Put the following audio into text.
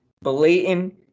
blatant